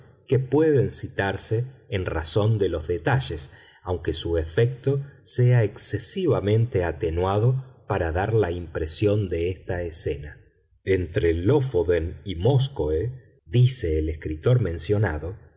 que pueden citarse en razón de los detalles aunque su efecto sea excesivamente atenuado para dar la impresión de esta escena entre lofoden y móskoe dice el escritor mencionado